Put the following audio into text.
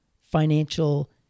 financial